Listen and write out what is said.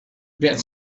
get